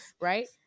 right